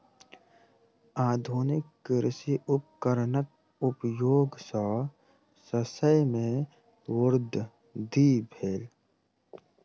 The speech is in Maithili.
आधुनिक कृषि उपकरणक उपयोग सॅ शस्य मे वृद्धि भेल